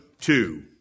two